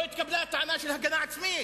לא התקבלה טענה של הגנה עצמית,